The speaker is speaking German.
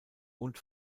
und